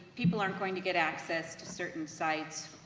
people aren't going to get access to certain sites,